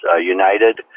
United